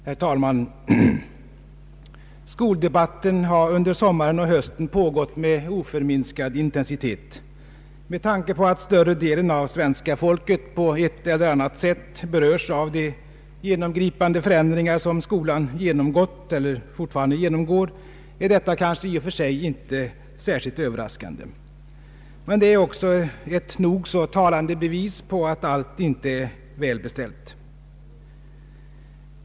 Herr talman! Skoldebatten har under sommaren och hösten pågått med oförminskad intensitet. Med tanke på att större delen av svenska folket på ett eller annat sätt berörs av de genomgripande förändringar som skolan genomgått eller fortfarande genomgår är detta i och för sig kanske inte särskilt överraskande. Men det är också ett nog så talande bevis på att allt inte är väl beställt.